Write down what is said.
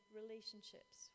relationships